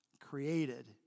created